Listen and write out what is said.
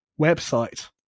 website